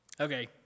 Okay